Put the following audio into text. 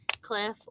Cliff